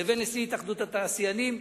לבין נשיא התאחדות התעשיינים,